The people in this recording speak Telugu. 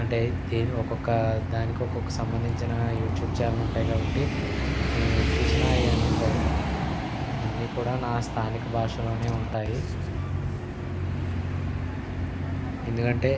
అంటే ది ఒక్కొక్క దానికి ఒక్కొక్క సంబంధించిన యూట్యూబ్ ఛానల్ ఉంటాయి కాబట్టి నేను ఏది చూసినా అయన్నీ ప్ర అన్నీ కూడా నా స్థానిక భాషలోనే ఉంటాయి ఎందుకంటే